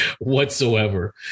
whatsoever